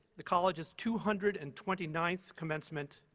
the college's two hundred and twenty ninth commencement,